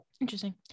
interesting